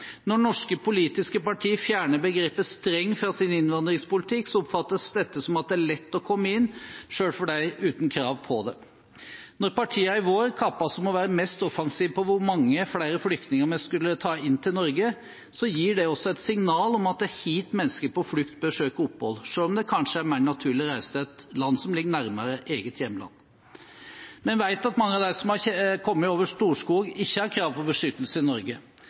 Når norske politiske partier fjerner begrepet «streng» fra sin innvandringspolitikk, oppfattes dette som at det er lett å komme inn, selv for dem som ikke har krav på det. Da partiene i vår kaptes om å være mest offensiv på hvor mange flere flyktninger vi skulle ta inn til Norge, gir det også et signal om at det er hit mennesker på flukt bør søke opphold, selv om det kanskje er mer naturlig å reise til et land som ligger nærmere eget hjemland. Vi vet at mange av dem som har kommet over Storskog, ikke har krav på beskyttelse i Norge,